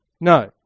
No